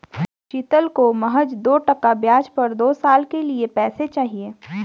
शीतल को महज दो टका ब्याज पर दो साल के लिए पैसे चाहिए